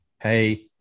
hey